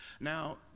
Now